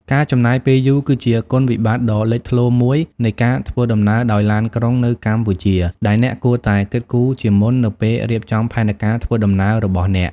ការចំណាយពេលយូរ គឺជាគុណវិបត្តិដ៏លេចធ្លោមួយនៃការធ្វើដំណើរដោយឡានក្រុងនៅកម្ពុជា ដែលអ្នកគួរតែគិតគូរជាមុននៅពេលរៀបចំផែនការធ្វើដំណើររបស់អ្នក។